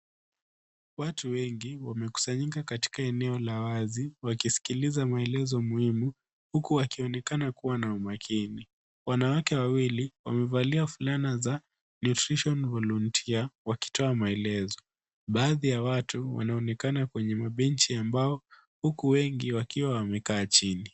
Watu wengi wamekusanyika katika eneo la wazi wakisikiliza maelezo muhimu, huku wakionekana kuwa na umakini. Wanawake wawili wamevalia fulana za nutrition volunteer wakitoa maelezo . Baadhi ya watu wanaonekana kwenye mabenchi ya mbao huku wengi wakiwa wamekaa chini.